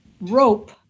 rope